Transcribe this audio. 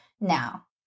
now